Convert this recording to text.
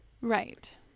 Right